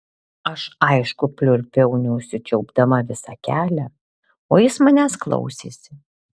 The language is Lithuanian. aš aišku pliurpiau neužsičiaupdama visą kelią o jis manęs klausėsi